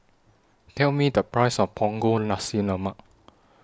Tell Me The Price of Punggol Nasi Lemak